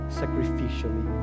sacrificially